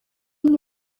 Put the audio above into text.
این